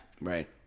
Right